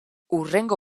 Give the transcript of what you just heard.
hurrengo